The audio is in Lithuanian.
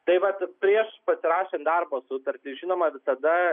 taip vat prieš pasirašant darbo sutartį žinoma visada